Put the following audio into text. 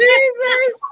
Jesus